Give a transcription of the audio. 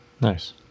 Nice